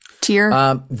tier